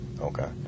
okay